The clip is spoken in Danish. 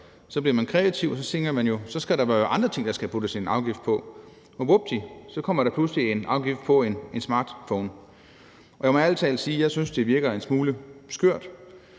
Så bliver man kreativ og tænker, at så skal der jo være andre ting, der skal puttes en afgift på – og vupti, kommer der pludselig en afgift på en smartphone. Jeg må ærlig talt sige, at jeg synes, det virker en smule skørt,